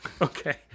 Okay